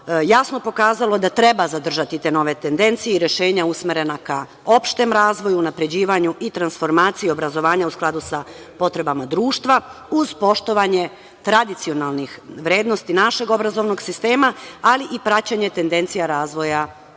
jasno pokazalo da treba zadržati te nove tendencije i rešenja usmerena ka opštem razvoju, unapređivanju i transformaciji obrazovanja u skladu sa potrebama društva uz poštovanje tradicionalnih vrednosti našeg obrazovnog sistema, ali i praćenje tendencija razvoja